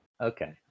Okay